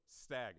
stagger